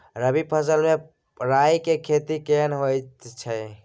रबी फसल मे राई के खेती केहन होयत अछि?